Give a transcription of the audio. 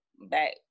Back